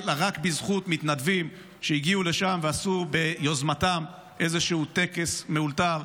רק בזכות מתנדבים שהגיעו לשם ועשו ביוזמתם היה איזשהו טקס מאולתר.